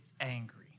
angry